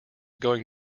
going